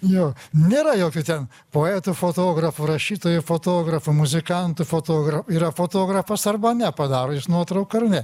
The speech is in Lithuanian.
jo nėra jokių ten poetų fotografų rašytojų fotografų muzikantų fotografų yra fotografas arba ne padaro jis nuotrauką ar ne